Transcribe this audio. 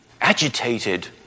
agitated